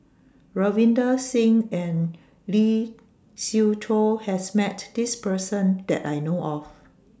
Ravinder Singh and Lee Siew Choh has Met This Person that I know of